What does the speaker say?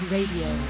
Radio